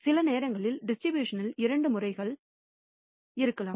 சில நேரங்களில் டிஸ்ட்ரிபியூஷன் ல் இரண்டு முறைகள் இருக்கலாம்